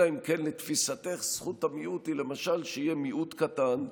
אלא אם כן לתפיסתך זכות המיעוט היא למשל שיהיה מיעוט קטן,